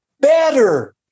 better